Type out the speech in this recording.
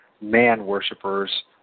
man-worshippers